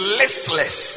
listless